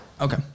Okay